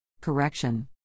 Correction